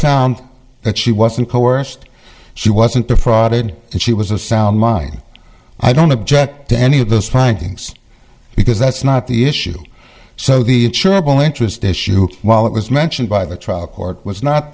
found that she wasn't coerced she wasn't defrauded and she was of sound mind i don't object to any of those findings because that's not the issue so the whole interest issue while it was mentioned by the trial court was not